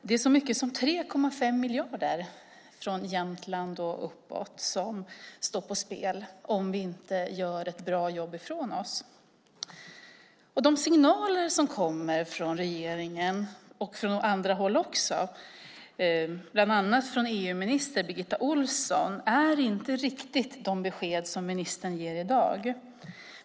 Det är så mycket som 3,5 miljarder kronor som när det gäller Jämtland och uppåt står på spel om vi inte gör ett bra jobb. De signaler som kommer från regeringen och också från andra håll, bland annat från EU-minister Birgitta Ohlsson, är inte riktigt som de besked som ministern här i dag ger.